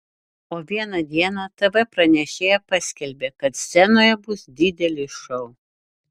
o vieną dieną tv pranešėja paskelbė kad scenoje bus didelis šou